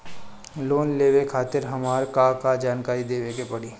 Loan लेवे खातिर हमार का का जानकारी देवे के पड़ी?